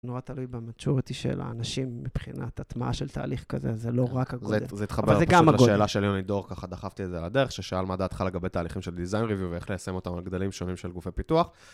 נורא תלוי ב maturity של האנשים, מבחינת הטמעה של תהליך כזה, זה לא רק הגודל. זה התחבר פשוט לשאלה של יוני דור, ככה דחפתי את זה על הדרך, ששאל מה דעתך לגבי תהליכים של דיזיין ריויו, ואיך לסיים אותם על גדלים שונים של גופי פיתוח.